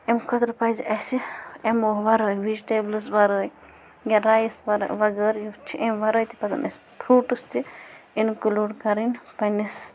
اَمہِ خٲطرٕ پَزِ اَسہِ اُمو وَرٲے وِجٹیبلٕز وَرٲے یا رایِس ورٲ وغٲر یہِ چھِ اَمہِ وَرٲے تہِ پَزَن اَسہِ فرٛوٗٹٕس تہِ اِنکٕلوٗڈ کَرٕنۍ پَنٕنِس